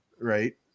right